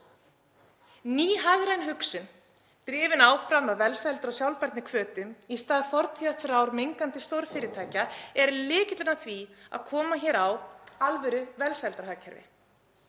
Ný hagræn hugsun, drifin áfram af velsældar- og sjálfbærnihvötum í stað fortíðarþrár mengandi stórfyrirtækja er lykillinn að því að koma hér á alvöruvelsældarhagkerfi.